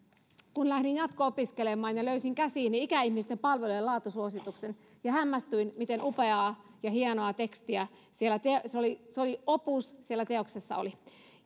kun lähdin jatko opiskelemaan ja löysin käsiini ikäihmisten palvelujen laatusuosituksen ja hämmästyin miten upeaa ja hienoa tekstiä se oli se oli opus siellä teoksessa oli